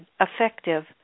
effective